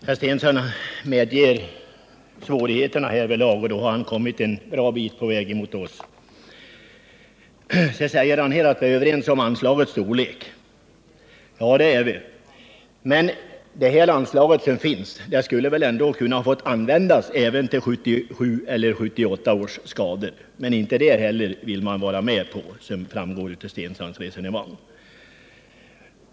Herr talman! Herr Stensson medger svårigheterna, och då har han kommit en bra bit på väg mot vår uppfattning. Börje Stensson säger att vi är överens om anslagets storlek. Ja, det är vi nu. Men det anslag som finns skulle väl också kunna få användas till skador på 1977 eller 1978 års planteringar? Men det vill man inte heller vara med om, som framgår av Börje Stenssons resonemang.